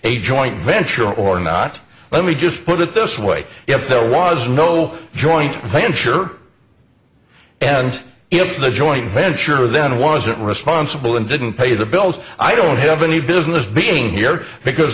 a joint venture or not let me just put it this way if there was no joint venture and if the joint venture then wasn't responsible and didn't pay the bills i don't have any business being here because